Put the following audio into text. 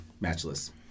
matchless